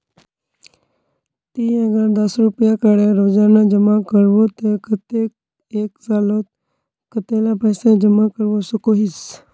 ती अगर दस रुपया करे रोजाना जमा करबो ते कतेक एक सालोत कतेला पैसा जमा करवा सकोहिस?